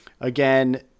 Again